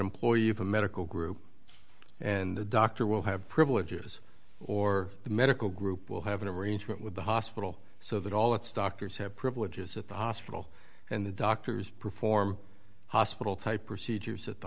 employee of a medical group and the doctor will have privileges or the medical group will have an arrangement with the hospital so that all its doctors have privileges at the hospital and the doctors perform hospital type procedures at the